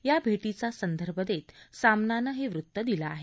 या भेटीचा संदर्भ देत सामनानं हे वृत्त दिलं आहे